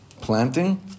planting